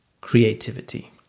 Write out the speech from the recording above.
creativity